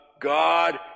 God